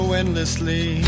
endlessly